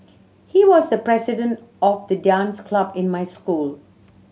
he was the president of the dance club in my school